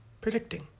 predicting